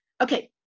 okay